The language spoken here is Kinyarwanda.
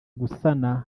gusana